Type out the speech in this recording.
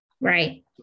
Right